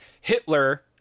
Hitler